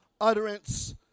utterance